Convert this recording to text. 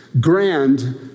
grand